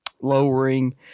lowering